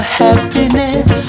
happiness